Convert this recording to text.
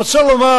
אני רוצה לומר,